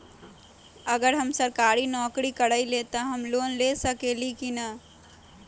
अगर हम सरकारी नौकरी करईले त हम लोन ले सकेली की न?